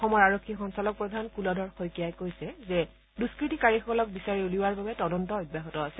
অসমৰ আৰক্ষী সঞালক প্ৰধান কুলধৰ শইকীয়াই কৈছে যে দুস্কৃতিকাৰীসকলক বিচাৰি উলিওৱাৰ বাবে তদন্ত অব্যাহত আছে